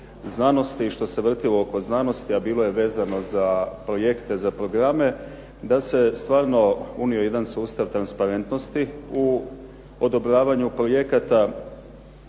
znanosti i što se vrtilo oko znanosti a bilo je vezano za projekte, za programe, da se stvarno unio jedan sustav transparentnosti u odobravanju projekata,